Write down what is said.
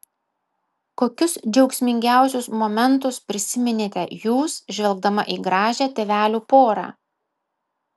kokius džiaugsmingiausius momentus prisiminėte jūs žvelgdama į gražią tėvelių porą